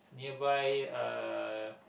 nearby uh